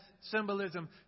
symbolism